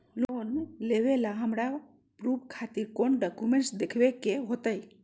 Loan लेबे ला हमरा प्रूफ खातिर कौन डॉक्यूमेंट देखबे के होतई?